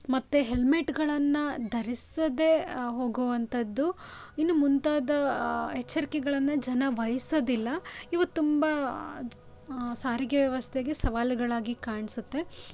ಮತ್ತು ಹೆಲ್ಮೆಟ್ಗಳನ್ನು ಧರಿಸದೇ ಹೋಗುವಂಥದ್ದು ಇನ್ನೂ ಮುಂತಾದ ಎಚ್ಚರಿಕೆಗಳನ್ನ ಜನ ವಹಿಸೋದಿಲ್ಲ ಇವು ತುಂಬ ಸಾರಿಗೆ ವ್ಯವಸ್ಥೆಗೆ ಸವಾಲುಗಳಾಗಿ ಕಾಣಿಸುತ್ತೆ